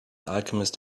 alchemist